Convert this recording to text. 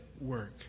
work